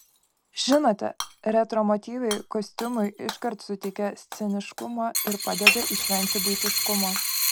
žinote retro motyvai kostiumui iškart suteikia sceniškumo ir padeda išvengti buitiškumo